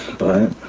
but,